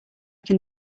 can